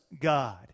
God